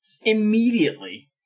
immediately